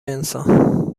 انسان